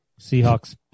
Seahawks